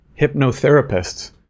hypnotherapists